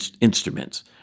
instruments